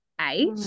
eight